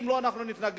אם לא, אנחנו נתנגד.